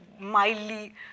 mildly